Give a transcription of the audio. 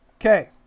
Okay